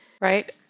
right